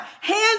hands